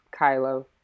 Kylo